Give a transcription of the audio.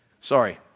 sorry